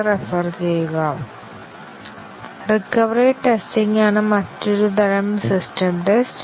recovery testing ആണ് മറ്റൊരു തരം സിസ്റ്റം ടെസ്റ്റ്